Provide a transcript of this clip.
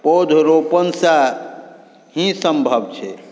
पौधरोपणसँ ही सम्भव छै